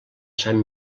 sant